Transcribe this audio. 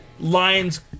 lines